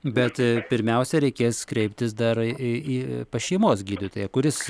bet pirmiausia reikės kreiptis dar į į pas šeimos gydytoją kuris